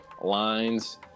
lines